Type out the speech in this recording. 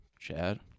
Chad